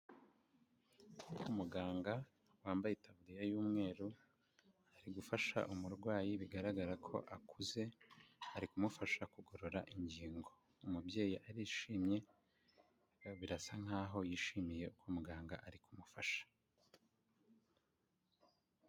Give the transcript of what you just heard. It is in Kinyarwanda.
Umuganga wambaye itaburiya y'umweru, ari gufasha umurwayi bigaragara ko akuze, ari kumufasha kugorora ingingo, umubyeyi arishimye, birasa nkaho yishimiye ko muganga ari kumufasha.